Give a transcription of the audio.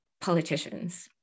politicians